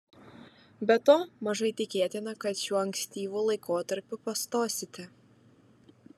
be to mažai tikėtina kad šiuo ankstyvu laikotarpiu pastosite